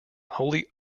wholly